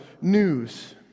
news